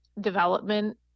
development